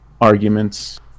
arguments